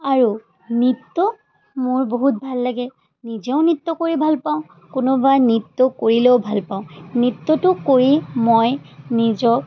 আৰু নৃত্য মোৰ বহুত ভাল লাগে নিজেও নৃত্য কৰি ভাল পাওঁ কোনোবাই নৃত্য কৰিলেও ভাল পাওঁ নৃত্যটো কৰি মই নিজক